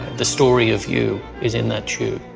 the story of you is in that tube.